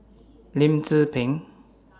Lim Tze Peng